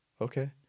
okay